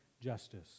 justice